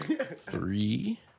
three